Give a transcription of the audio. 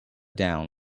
down